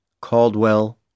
Caldwell